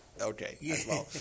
okay